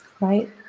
right